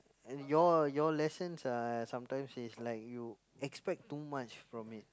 and your lessons are sometimes is like you expect too much from it